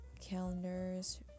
calendars